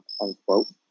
unquote